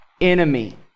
Enemy